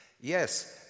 yes